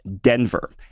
Denver